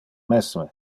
mesme